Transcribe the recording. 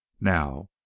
now